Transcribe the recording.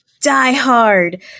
diehard